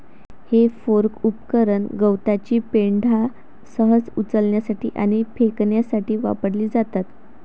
हे फोर्क उपकरण गवताची पेंढा सहज उचलण्यासाठी आणि फेकण्यासाठी वापरली जातात